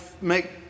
make